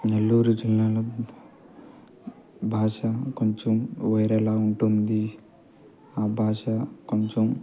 నెల్లూరు జిల్లాలో భాష కొంచెం వేరేలా ఉంటుంది ఆ భాష కొంచెం